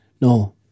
no